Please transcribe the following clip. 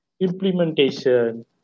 implementation